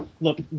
Look